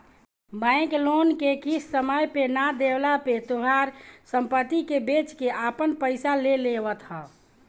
bank loan के किस्त समय पे ना देहला पे तोहार सम्पत्ति के बेच के आपन पईसा ले लेवत ह